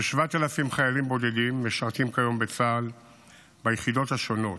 כ-7,000 חיילים בודדים משרתים כיום בצה"ל ביחידות השונות,